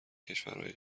کشورهای